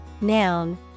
noun